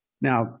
Now